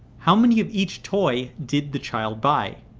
how many of each toy did the child buy?